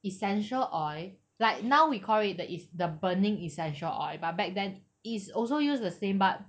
essential oil like now we call it the is the burning essential oil but back then is also use the same but